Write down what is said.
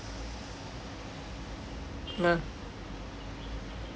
ya